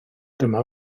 dyma